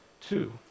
two